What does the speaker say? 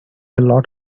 lot